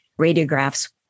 radiographs